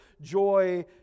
joy